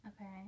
Okay